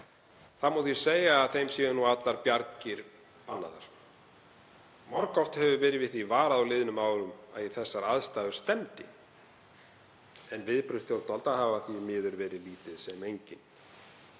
Það má því segja að þeim séu allar bjargir bannaðar. Margoft hefur verið við því varað á liðnum árum að í þessar aðstæður stefndi en viðbrögð stjórnvalda hafa því miður verið lítil sem engin